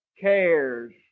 cares